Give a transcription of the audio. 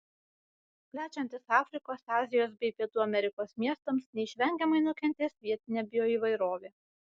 plečiantis afrikos azijos bei pietų amerikos miestams neišvengiamai nukentės vietinė bioįvairovė